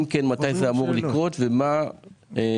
אם כן מתי זה אמור לקרות ומה בתוכנית?